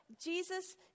jesus